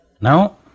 Now